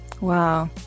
Wow